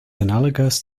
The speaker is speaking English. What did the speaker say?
analogous